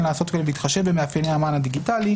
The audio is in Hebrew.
לעשות כן בהתחשב במאפייני המען הדיגיטלי,